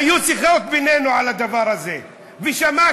היו שיחות בינינו על הדבר הזה ושמעתי